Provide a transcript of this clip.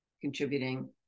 contributing